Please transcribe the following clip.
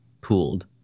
pooled